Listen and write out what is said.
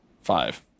five